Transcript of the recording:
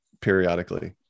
periodically